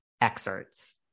excerpts